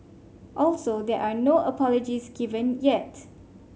also there are no apologies given yet